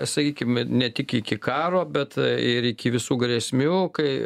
sakykim ne tik iki karo bet ir iki visų grėsmių kai